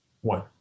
One